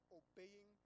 obeying